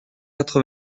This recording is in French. quatre